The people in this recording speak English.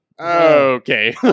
okay